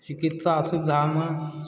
चिकित्सा सुविधामऽ